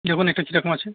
যেমন এটা কী রকম আছে